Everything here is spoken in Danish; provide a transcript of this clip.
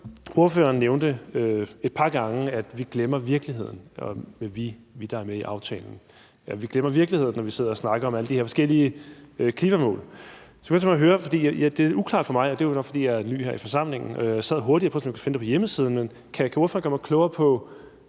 Ordføreren nævnte et par gange, at vi glemmer virkeligheden – vi, der er med i aftalen, glemmer virkeligheden, når vi sidder og snakker om alle de her forskellige klimamål. Det er uklart for mig, og det er jo nok, fordi jeg er ny her i forsamlingen – jeg sad hurtigt og prøvede, om jeg kunne finde det på hjemmesiden – men jeg kunne godt tænke mig at høre: